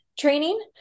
training